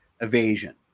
evasion